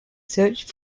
search